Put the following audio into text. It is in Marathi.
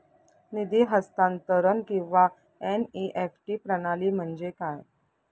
निधी हस्तांतरण किंवा एन.ई.एफ.टी प्रणाली म्हणजे काय?